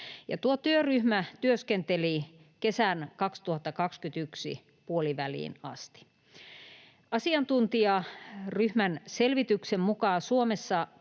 työryhmä työskenteli kesän 2021 puoliväliin asti. Asiantuntijaryhmän selvityksen mukaan Suomessa